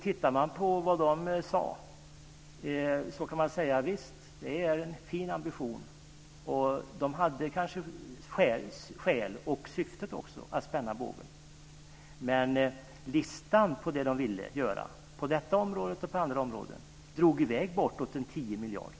Tittar man på vad den sade kan man se att det visst är en fin ambition. De hade kanske skäl, och också syftet, att spänna bågen. Men kostnaden för det de ville på detta område och på andra områden drog i väg bortåt 10 miljarder.